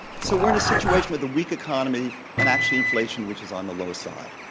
so we're in a situation with a weak economy and actually inflation, which is on the low side.